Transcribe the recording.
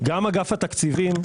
גם אגף התקציבים,